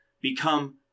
Become